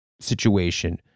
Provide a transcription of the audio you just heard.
situation